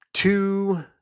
Two